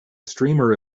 streamer